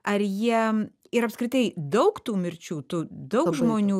ar jie ir apskritai daug tų mirčių tu daug žmonių